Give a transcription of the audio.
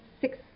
six